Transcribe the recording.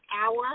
hour